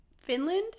Finland